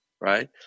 right